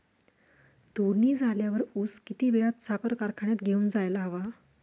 तोडणी झाल्यावर ऊस किती वेळात साखर कारखान्यात घेऊन जायला हवा?